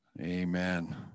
Amen